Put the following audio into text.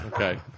Okay